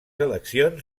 eleccions